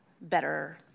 better